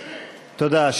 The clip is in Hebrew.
תודה.